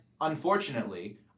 unfortunately